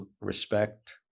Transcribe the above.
respect